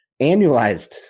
annualized